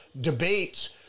debates